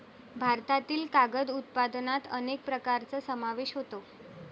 भारतातील कागद उत्पादनात अनेक प्रकारांचा समावेश होतो